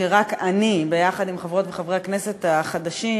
שרק אני, ביחד עם חברות וחברי הכנסת החדשים,